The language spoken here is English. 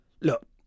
Look